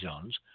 zones